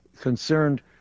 Concerned